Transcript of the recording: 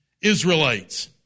Israelites